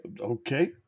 okay